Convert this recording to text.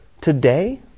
Today